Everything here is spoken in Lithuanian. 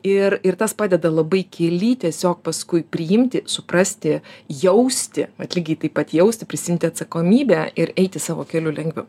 ir ir tas padeda labai kely tiesiog paskui priimti suprasti jausti vat lygiai taip pat jausti prisiimti atsakomybę ir eiti savo keliu lengviau